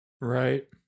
Right